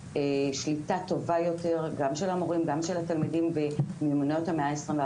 שליטה טובה יותר גם של המורים וגם של התלמידים במיומנויות המאה ה-21,